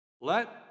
let